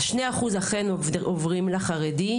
אז שני אחוז אכן עוברים לחרדי,